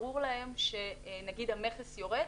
ברור להם שהמכס יורד,